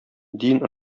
дин